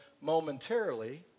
momentarily